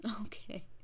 okay